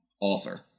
author